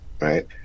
right